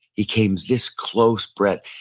he came this close, brett.